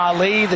Ali